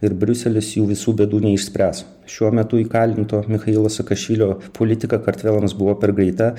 ir briuselis jų visų bėdų neišspręs šiuo metu įkalinto michailo sakašvilio politika kartvelams buvo per greita